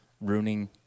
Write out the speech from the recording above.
ruining